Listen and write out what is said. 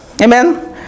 Amen